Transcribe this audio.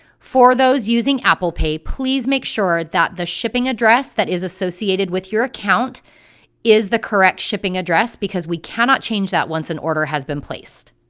for those using apple pay please make sure that the shipping address that is associated with your account is the correct shipping address, because we cannot change that once an order has been placed.